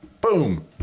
Boom